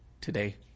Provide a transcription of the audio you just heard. today